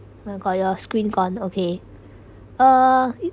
oh my god your screen gone okay uh y~